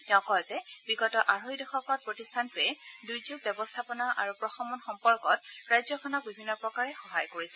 তেওঁ কয় যে বিগত আঢ়ে দশকত প্ৰতিষ্ঠানটোৱে দুৰ্যোগ ব্যৱস্থাপনা আৰু প্ৰশমন সম্পৰ্কত ৰাজ্যখনক বিভিন্ন প্ৰকাৰে সহায় কৰিছে